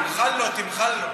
תמשיך, יואל.